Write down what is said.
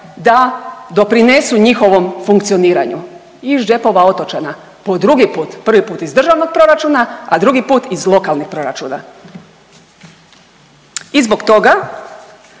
da doprinesu njihovom funkcioniranju iz džepova otočana, po drugi put, prvi put iz državnog proračuna, a drugi put iz lokalnih proračuna. I zbog toga